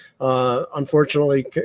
Unfortunately